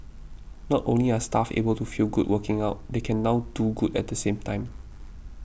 not only are staff able to feel good working out they can now do good at the same time